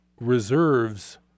reserves